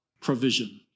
provision